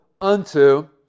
unto